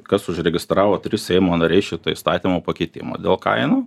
kas užregistravo trys seimo nariai šitą įstatymo pakeitimą dėl kainų